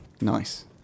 Nice